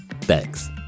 Thanks